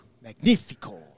Magnifico